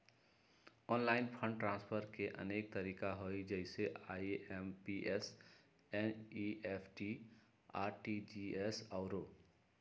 online fund transfer के अनेक तरिका हइ जइसे आइ.एम.पी.एस, एन.ई.एफ.टी, आर.टी.जी.एस आउरो